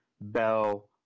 Bell